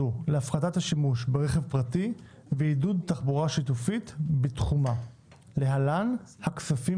השימוש ברכב פרטי ועידוד תחבורה שיתופית בתחומה (להלן הכספים